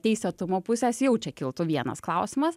teisėtumo pusės jau čia kiltų vienas klausimas